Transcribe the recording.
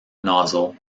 nozzle